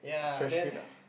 freshman ah